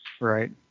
Right